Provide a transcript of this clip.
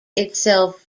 itself